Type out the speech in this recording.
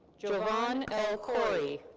jovan elhoury.